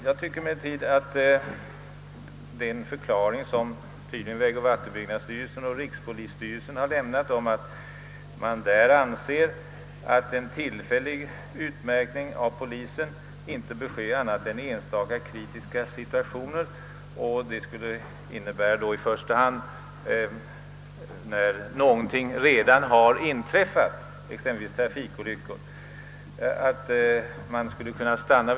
Jag anser emellertid inte att den förklaring som tydligen vägoch vattenbyggnadsstyrelsen samt rikspolisstyrelsen lämnat är hållbar, nämligen att åtgärder med en tillfällig utmärkning från polisens sida inte bör ske annat än i enstaka kritiska situationer, tydligen i första hand när någonting redan har inträffat, exempelvis en trafikolycka.